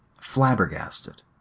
flabbergasted